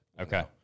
Okay